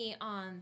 on